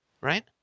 right